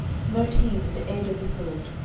smote he with the edge of the sword,